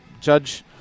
Judge